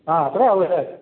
ആ അത്രയെ ആവുകയുള്ളൂ അല്ലെ